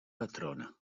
patrona